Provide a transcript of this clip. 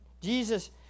Jesus